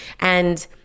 And-